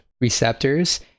receptors